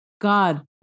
God